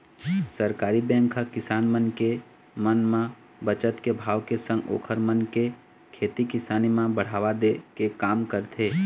सहकारी बेंक ह किसान मन के मन म बचत के भाव के संग ओखर मन के खेती किसानी म बढ़ावा दे के काम करथे